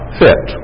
fit